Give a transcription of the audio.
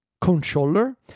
controller